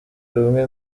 rumwe